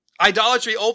idolatry